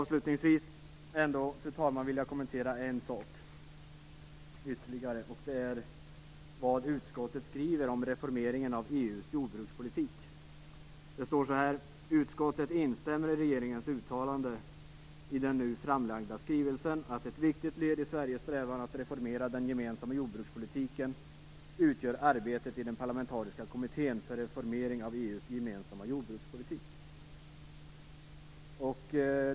Avslutningsvis vill jag kommentera en sak ytterligare. Det gäller vad utskottet skriver om reformeringen av EU:s jordbrukspolitik. Utskottet skriver: Utskottet instämmer i regeringens uttalande i den nu framlagda skrivelsen att ett viktigt led i Sveriges strävan att reformera den gemensamma jordbrukspolitiken utgör arbetet i den parlamentariska kommittén för reformering av EU:s gemensamma jordbrukspolitik. Fru talman!